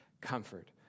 comfort